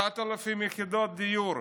9,000 יחידות דיור.